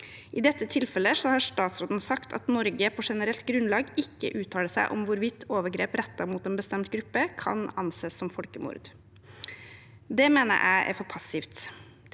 I dette tilfellet har statsråden sagt at Norge på generelt grunnlag ikke uttaler seg om hvorvidt overgrep rettet mot en bestemt gruppe kan anses som folkemord. Det mener jeg er for passivt.